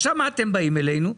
עכשיו מה אתם באים אלינו?